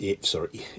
sorry